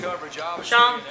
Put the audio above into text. Sean